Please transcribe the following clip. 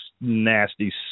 nasty